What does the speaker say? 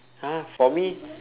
!huh! for me